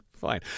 Fine